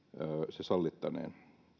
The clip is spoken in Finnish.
se sallittaneen